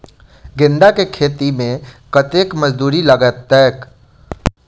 गेंदा केँ खेती मे कतेक मजदूरी लगतैक?